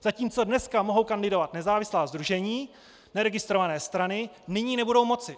Zatímco dnes mohou kandidovat nezávislá sdružení, neregistrované strany, nyní nebudou moci.